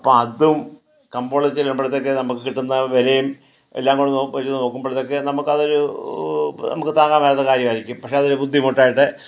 അപ്പം അതും കമ്പോളത്തിൽ ചെല്ലുമ്പോളത്തേക്ക് നമുക്ക് കിട്ടുന്ന വിലയും എല്ലാം കൂടെ വെച്ച് നോക്കുമ്പോഴത്തേക്ക് നമുക്കതൊരു നമുക്ക് താങ്ങാനാകാത്ത കാര്യമായിരിക്കും പക്ഷേ അതൊരു ബുദ്ധിമുട്ടായിട്ട്